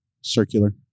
circular